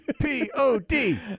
P-O-D